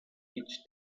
each